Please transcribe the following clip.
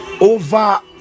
over